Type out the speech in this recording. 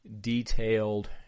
detailed